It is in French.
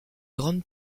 grande